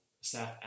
staff